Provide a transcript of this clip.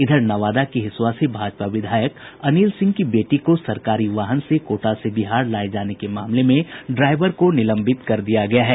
इधर नवादा के हिसुआ से भाजपा विधायक अनिल सिंह की बेटी को सरकारी वाहन से कोटा से बिहार लाये जाने के मामले में ड्राइवर को निलंबित कर दिया गया है